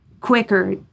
quicker